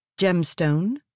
gemstone